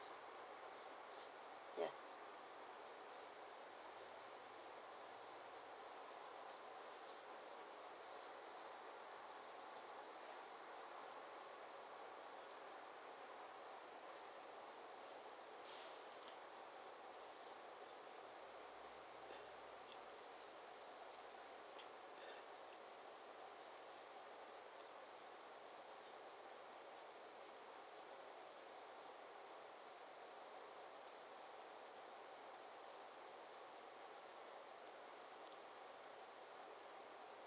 ya